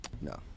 No